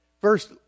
First